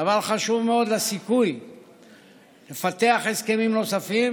דבר חשוב מאוד לסיכוי לפתח הסכמים נוספים.